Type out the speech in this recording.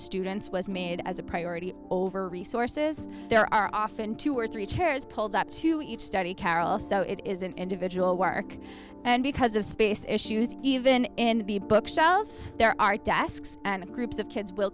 students was made as a priority over resources there are often two or three chairs pulled up to each study carol so it is an individual work and because of space issues even in the bookshelves there are tasks and groups of kids will